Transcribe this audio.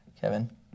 Kevin